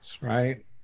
right